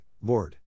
Lord